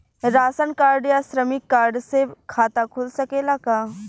Ration card या श्रमिक card से खाता खुल सकेला का?